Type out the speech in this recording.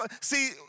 see